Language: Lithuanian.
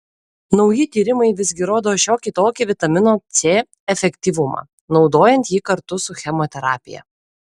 nauji tyrimai visgi rodo šiokį tokį vitamino c efektyvumą naudojant jį kartu su chemoterapija